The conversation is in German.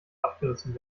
abgerissen